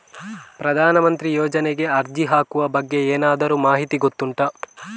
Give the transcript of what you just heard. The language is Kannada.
ಪ್ರಧಾನ ಮಂತ್ರಿ ಯೋಜನೆಗೆ ಅರ್ಜಿ ಹಾಕುವ ಬಗ್ಗೆ ಏನಾದರೂ ಮಾಹಿತಿ ಗೊತ್ತುಂಟ?